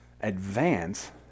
advance